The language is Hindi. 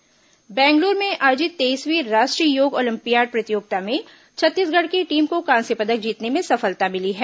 योग ओलम्पियाड बेंगलूरू में आयोजित तेईसवीं राष्ट्रीय योग ओलम्पियाड प्रतियोगिता में छत्तीसगढ़ की टीम को कांस्य पदक जीतने में सफलता मिली है